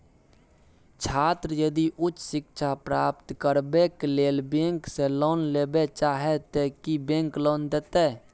छात्र यदि उच्च शिक्षा प्राप्त करबैक लेल बैंक से लोन लेबे चाहे ते की बैंक लोन देतै?